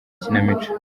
ikinamico